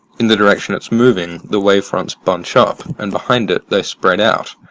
in the direction it's moving, the wavefronts bunch up, and behind it, they spread out.